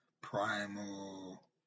Primal